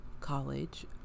college